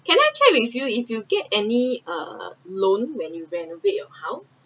can I check with you if you get any uh loan when you renovate your house